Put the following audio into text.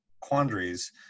quandaries